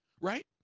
right